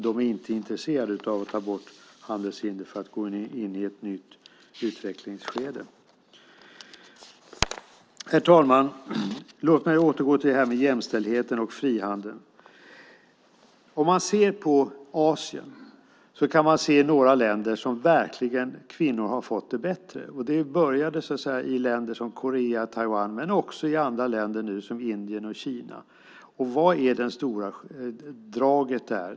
De är inte intresserade av att ta bort handelshinder för att gå in i ett nytt utvecklingsskede. Herr talman! Låt mig återgå till detta med jämställdheten och frihandeln. Om man ser på Asien kan man se några länder där kvinnor verkligen har fått det bättre. Det började i länder som Korea och Taiwan men kommer nu också i andra länder, som Indien och Kina. Vad är det stora draget där?